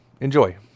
Enjoy